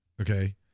okay